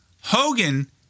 Hogan